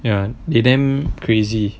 ya they damn crazy